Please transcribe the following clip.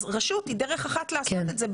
אז רשות היא דרך אחת לעשות את זה,